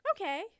Okay